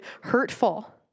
hurtful